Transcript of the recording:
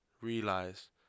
realize